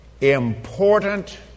important